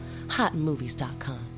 hotmovies.com